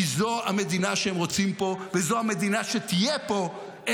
כי זו המדינה שהם רוצים פה וזו המדינה שתהיה פה,